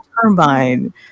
turbine